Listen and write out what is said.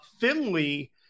Finley